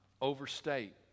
overstate